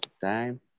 time